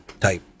type